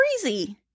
crazy